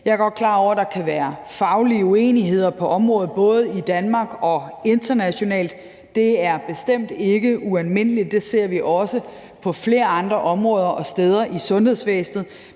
Jeg er godt klar over, at der kan være faglige uenigheder på området, både i Danmark og internationalt. Det er bestemt ikke ualmindeligt. Det ser vi også på flere andre områder i sundhedsvæsenet.